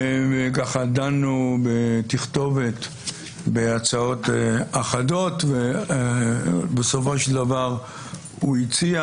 דנו בתכתובת בהצעות אחדות ובסופו של דבר הוא הציע